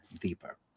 deeper